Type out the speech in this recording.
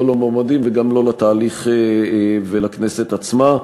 למועמדים וגם לא לתהליך ולכנסת עצמה.